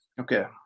okay